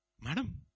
Madam